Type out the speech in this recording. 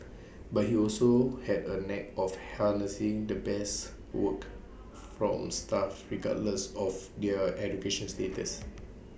but he also had A knack of harnessing the best work from staff regardless of their education status